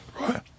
Right